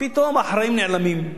פתאום האחראים נעלמים,